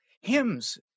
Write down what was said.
Hymns